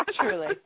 Truly